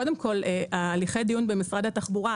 קודם כל יש הליכי דיון במשרד התחבורה,